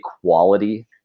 quality